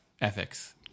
ethics